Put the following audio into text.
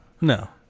No